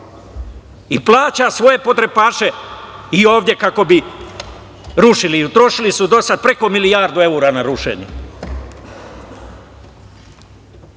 i plaća svoje podrepaše i ovde kako bi rušili. I utrošili su do sada preko milijardu evra na rušenje. Crna